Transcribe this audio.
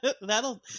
That'll